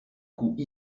coups